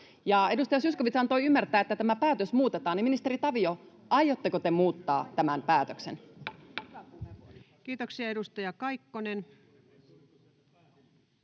Edustaja Zyskowicz antoi ymmärtää, että tämä päätös muutetaan. Ministeri Tavio, aiotteko te muuttaa tämän päätöksen? [Speech 9] Speaker: